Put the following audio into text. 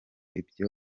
ibyo